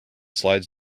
slides